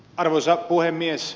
arvoisa puhemies